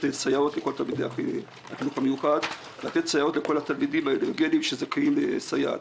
סייעות לכל תלמידי החינוך המיוחד שזכאים לסייעת.